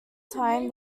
time